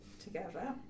together